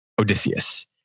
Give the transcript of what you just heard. odysseus